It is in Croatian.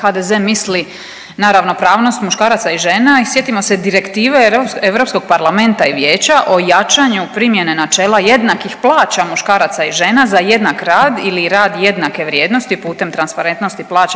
HDZ misli na ravnopravnost muškaraca i žena i sjetimo se Direktive Europskog parlamenta i vijeća o jačanju primjene načela jednakih plaća muškaraca i žena za jednak rad ili rad jednake vrijednosti putem transparentnosti plaća